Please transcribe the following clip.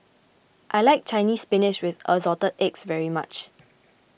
I like Chinese Spinach with Assorted Eggs very much